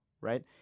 right